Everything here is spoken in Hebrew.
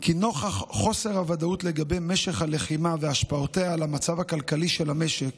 כי נוכח חוסר הוודאות לגבי משך הלחימה והשפעותיה על המצב הכלכלי של המשק